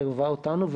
עירבה אותנו.